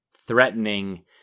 threatening